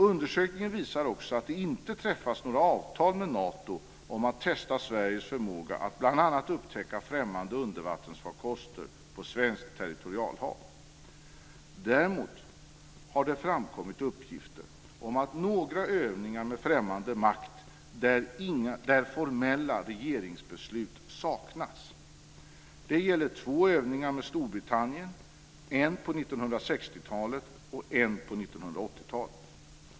Undersökningen visar också att det inte träffats några avtal med Nato om att testa Sveriges förmåga att bl.a. upptäcka främmande undervattensfarkoster på svenskt territorialhav. Däremot har det framkommit uppgifter om några övningar med främmande makt där formella regeringsbeslut saknats. Det gäller två övningar med Storbritannien, en på 1960-talet och en på 1980-talet.